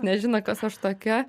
nežino kas aš tokia